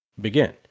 begin